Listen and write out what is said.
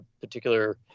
particular